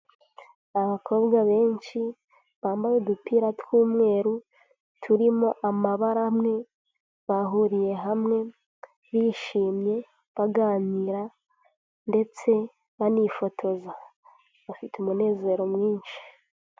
Abakobwa benshi bambaye udupira tw'umweru, turimo amabara amwe, bahuriye hamwe bishimye, baganira ndetse banifotoza, bafite umunezero mwinshi.